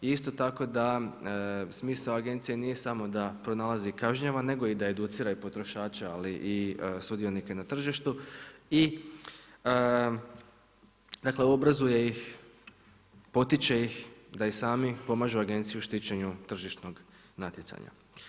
Isto tako, da smisao agencije nije samo da pronalazi i kažnjava, nego i da educira i potrošače, ali i sudionike na tržištu i dakle, obrazuje ih, potiče ih da i sami pomažu agenciji u štićenju tržišnog natjecanja.